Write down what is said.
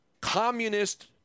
communist